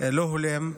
לא הולם,